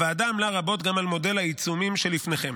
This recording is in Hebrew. הוועדה עמלה רבות גם על מודל העיצומים שלפניכם.